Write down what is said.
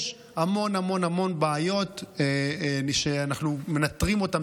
יש המון המון המון בעיות שאנחנו מנטרים אותן